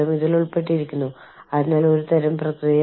കൂടാതെ നിങ്ങൾക്ക് താൽപ്പര്യമുണ്ടെങ്കിൽ നിങ്ങൾ അത് കാണാൻ ആഗ്രഹിച്ചേക്കാം